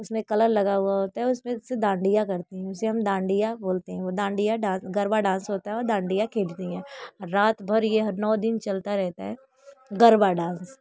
उसमे कलर लगा हुआ होता है उसमे से डांडिया करते हैं उसे हम डांडिया बोलते हैं वो डांडिया डांस गरबा डांस होता है और डांडिया खेलते हैं रात भर यह नौ दिन चलता रहता है गरबा डांस